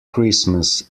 christmas